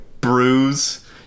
bruise